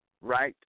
Right